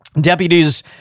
Deputies